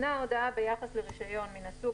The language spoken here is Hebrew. " ניתנה ההודעה ביחס לרישיון מן הסוג